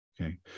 okay